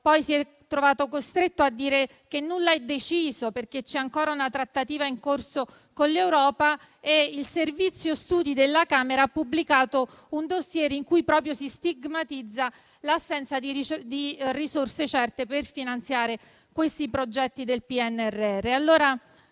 poi si è trovato costretto a dire che nulla è deciso, perché è ancora in corso una trattativa con l'Europa. E il Servizio studi della Camera ha pubblicato un *dossier* in cui si stigmatizza proprio l'assenza di risorse certe per finanziare questi progetti del PNRR.